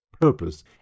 purpose